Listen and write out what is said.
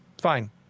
Fine